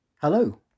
Hello